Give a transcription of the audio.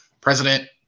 President